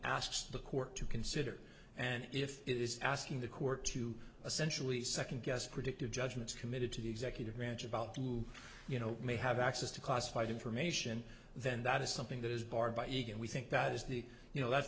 asks the court to consider and if it is asking the court to essentially second guess predictive judgments committed to the executive branch about who you know may have access to classified information then that is something that is barred by eeg and we think that is the you know that's